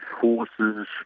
horses